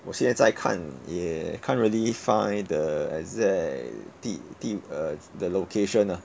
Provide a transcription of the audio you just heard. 我现在在看也 can't really find the exact 地地 uh the location ah